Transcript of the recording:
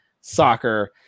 soccer